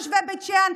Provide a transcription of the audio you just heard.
תושבי בית שאן,